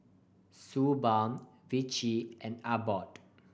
Suu Balm Vichy and Abbott